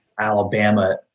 Alabama